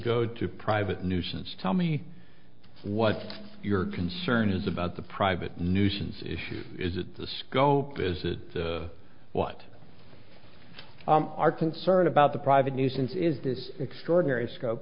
go to private nuisance tell me what your concern is about the private nuisance issue is it the scope is it what our concern about the private nuisance is this extraordinary scope